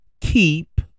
keep